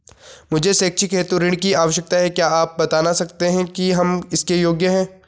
मुझे शैक्षिक हेतु ऋण की आवश्यकता है क्या आप बताना सकते हैं कि हम इसके योग्य हैं?